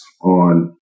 on